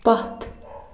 پتھ